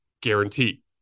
Guarantee